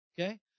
Okay